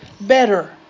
better